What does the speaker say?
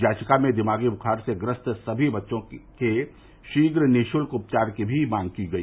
याचिका में दिमागी बुखार से ग्रस्त सभी बच्चों के शीघ्र निशुल्क उपचार की भी मांग की गई